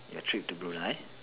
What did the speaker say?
your trip to Brunei